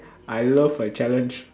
I love my challenge